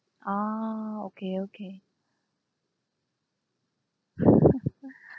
orh okay okay